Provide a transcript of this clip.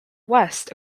west